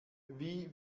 wie